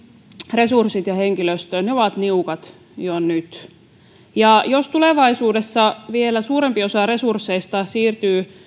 resurssit ja henkilöstö ovat niukat jo nyt jos tulevaisuudessa vielä suurempi osa resursseista siirtyy